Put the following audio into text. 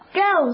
go